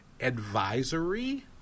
advisory